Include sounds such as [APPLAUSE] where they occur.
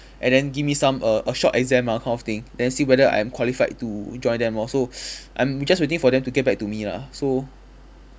and then give me some a a short exam ah kind of thing then see whether I'm qualified to join them lor so [NOISE] I'm just waiting for them to get back to me lah so